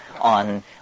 on